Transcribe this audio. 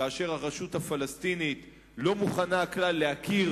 כאשר הרשות הפלסטינית לא מוכנה כלל להכיר